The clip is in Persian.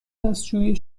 دستشویی